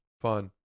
Fun